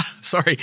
Sorry